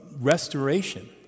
restoration